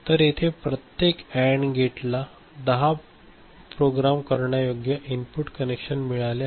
तर येथे प्रत्येक अँड गेटला दहा प्रोग्राम करण्यायोग्य इनपुट कनेक्शन मिळाले आहेत